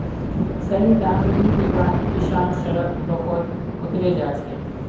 सही दाम नी मीवात किसान सड़क रोकोत उतरे जा छे